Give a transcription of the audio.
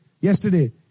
Yesterday